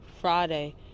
friday